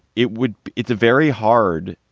it would it's very hard.